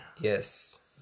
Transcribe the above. Yes